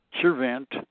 servant